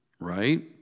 right